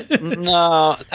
No